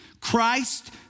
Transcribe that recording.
Christ